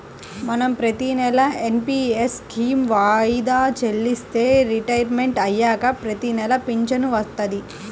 మనం ప్రతినెలా NPS scheme వాయిదా చెల్లిస్తే రిటైర్మంట్ అయ్యాక ప్రతినెలా పింఛను వత్తది